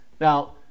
Now